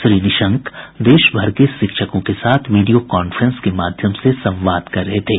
श्री निशंक देश भर के शिक्षकों के साथ वीडियो कॉफ्रेंस के माध्यम से संवाद कर रहे थे